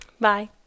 Bye